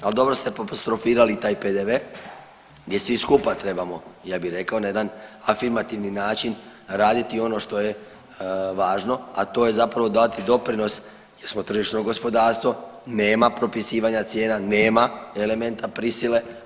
Ali dobro ste apostrofirali taj PDV gdje svi skupa trebamo ja bih rekao na jedan afirmativni način raditi ono što je važno, a to je zapravo dati doprinos jer smo tržišno gospodarstvo, nema propisivanja cijena, nema elementa prisile.